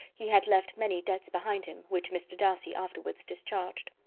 he had left many debts behind him, which mr. darcy afterwards discharged.